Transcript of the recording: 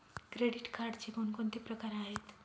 Credit कार्डचे कोणकोणते प्रकार आहेत?